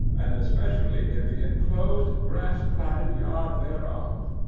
and especially in the inclosed grass-platted yard thereof.